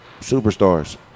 superstars